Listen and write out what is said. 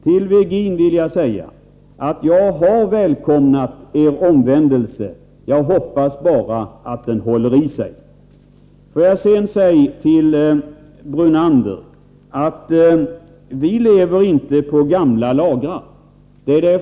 Till Ivar Virgin vill jag säga att jag har välkomnat er omvändelse. Jag hoppas bara att den håller i sig. Så vill jag påpeka för Lennart Brunander att vi inte vilar på gamla lagrar.